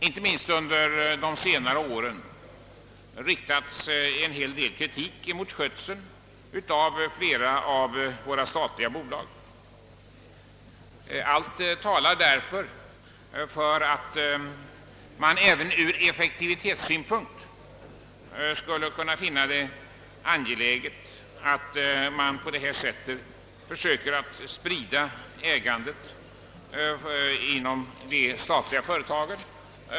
Inte minst under de senare åren har åtskillig kritik riktats mot skötseln av flera av våra statliga bolag. Allt talar därför för att det även ur effektivitetssynpunkt skulle vara angeläget att försöka sprida ägandet inom de statliga företagen.